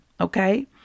okay